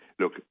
look